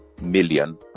million